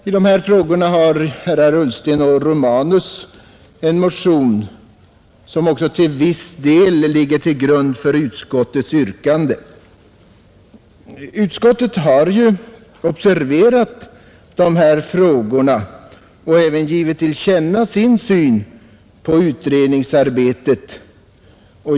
I dessa frågor har herrar Ullsten och Romanus en motion som också till viss del ligger till grund för utskottets yrkande. Utskottet har ju observerat dessa frågor och även givit till känna sin syn på utredningsarbetet.